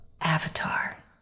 Avatar